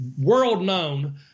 world-known